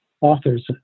authors